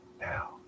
now